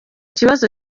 kibazo